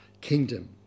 kingdom